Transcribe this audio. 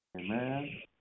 Amen